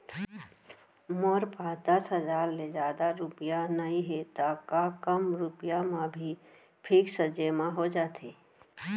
मोर पास दस हजार ले जादा रुपिया नइहे त का कम रुपिया म भी फिक्स जेमा हो जाथे?